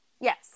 Yes